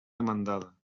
demandada